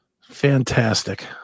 fantastic